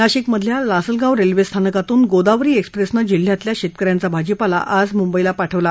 नाशिकमधल्या लासलगाव रच्छिखानकातून गोदावरी एक्स्प्रध्यां जिल्ह्यातल्या शत्किऱ्यांचा भाजीपाला आज मुंबईला पाठवला